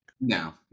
No